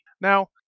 Now